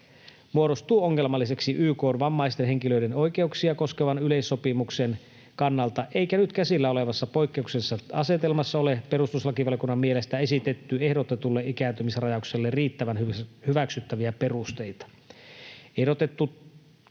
muodostuu ongelmalliseksi YK:n vammaisten henkilöiden oikeuksia koskevan yleissopimuksen kannalta, eikä nyt käsillä olevassa poikkeuksellisessa asetelmassa ole perustuslakivaliokunnan mielestä esitetty ehdotetulle ikääntymisrajaukselle riittävän hyväksyttäviä perusteita. Ehdotettu